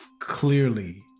clearly